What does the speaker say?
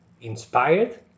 inspired